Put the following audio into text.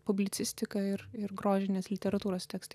publicistika ir ir grožinės literatūros tekstai